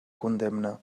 condemna